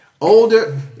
older